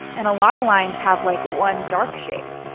and a lot of lines have, like, one dark shade,